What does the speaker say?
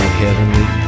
heavenly